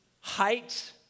height